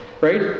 right